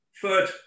third